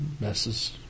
messes